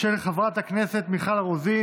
של חברת הכנסת מיכל רוזין,